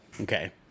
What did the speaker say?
Okay